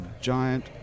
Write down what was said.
giant